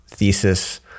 thesis